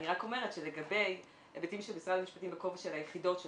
אני רק אומרת שלגבי ההיבטים של משרד המשפטים בכובע של היחידות שלו,